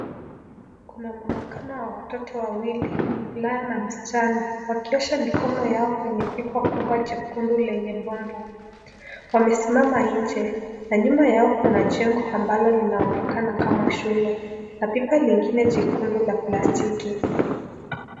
Kuna mwonekano wa watoto wawili mvulana na msichana wakiosha mikono yao kwenye pipa kubwa jekundu la bomba wamesimama nje na nyuma yao kuna jengo ambalo linaonekana kama shule na pipa lingine la plastiki jekundu.